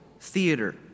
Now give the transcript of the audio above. theater